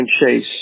Chase